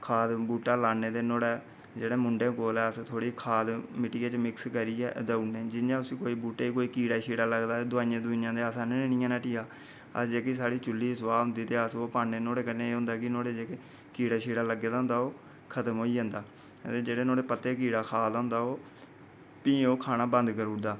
खाद बूह्टे लाने जेह्ड़े मुड़ा कोला अस खाद थोह्डी बूह्टे च मलाइयै देई ऊड़ने जि'यां उस्सी बूह्टे गी कोई कीड़ा शीड़ा लगदा दवाईयां ते अस आह्नियै हट्टिया दा अस जेह्की चुली दी सोआ दी होंदी अस ओह् पान्ने ओह्दे कन्नै एह् होंदा कि कीड़ा लग्गे दा होंदा ओह् खत्म होई जंदा ते जेह्ड़ा ओह्दे पत्ते गी कीड़ा खाऽ दा होंदा ओह् फ्ही ओह् खाना बंद करूड़दा